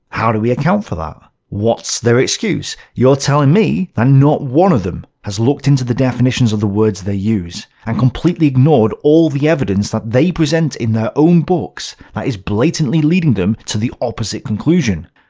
how do we account for that? what's their excuse? you're telling me that not one of them has looked into the definitions of the words they use, and completely ignored all the evidence that they present in their own books that is blatantly leading them to the opposite conclusion?